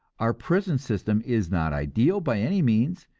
our prison system is not ideal by any means,